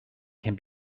can